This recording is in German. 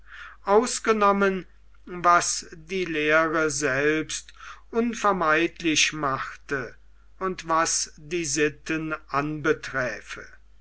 ausgenommen was die lehre selbst unvermeidlich machte und was die